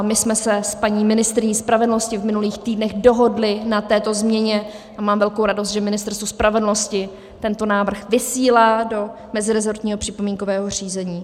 My jsme se s paní ministryní spravedlnosti v minulých týdnech dohodli na této změně a mám velkou radost, že Ministerstvo spravedlnosti tento návrh vysílá do meziresortního připomínkového řízení.